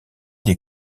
des